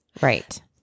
Right